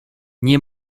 nie